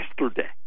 yesterday